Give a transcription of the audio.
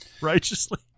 Righteously